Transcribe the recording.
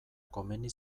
komeni